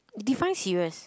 define serious